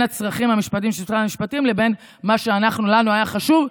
הצרכים המשפטיים של משרד המשפטים לבין מה שלנו היה חשוב,